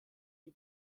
die